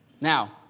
Now